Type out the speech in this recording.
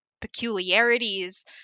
peculiarities